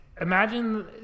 imagine